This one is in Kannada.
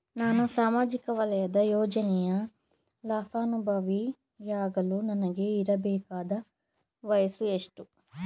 ನಾನು ಸಾಮಾಜಿಕ ವಲಯದ ಯೋಜನೆಯ ಫಲಾನುಭವಿ ಯಾಗಲು ನನಗೆ ಇರಬೇಕಾದ ವಯಸ್ಸು ಎಷ್ಟು?